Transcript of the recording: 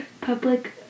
public